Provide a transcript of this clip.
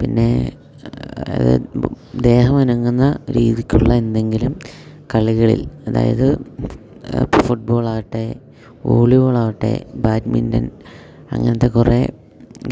പിന്നെ അതായത് ദേഹം അനങ്ങുന്ന രീതിക്കുള്ള എന്തെങ്കിലും കളികളിൽ അതായത് ഇപ്പോൾ ഫുട്ബോൾ ആവട്ടെ വോളിബോൾ ആവട്ടെ ബാഡ്മിൻ്റൻ അങ്ങനെത്തെ കുറേ